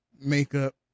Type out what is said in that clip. makeup